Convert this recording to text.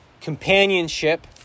companionship